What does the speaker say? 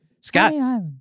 Scott